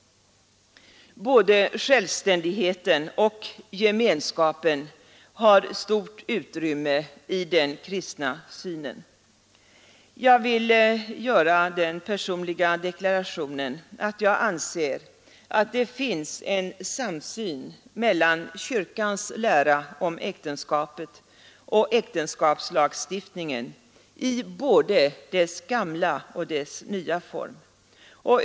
Både självständigheten och gemenskapen har stort utrymme i den kristna synen. Jag vill göra den personliga deklarationen att jag anser att det finns en samsyn mellan kyrkans lära om äktenskapet och äktenskapslagstiftningen i både dess gamla och dess nya form.